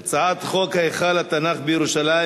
להעביר את הצעת חוק היכל התנ"ך בירושלים,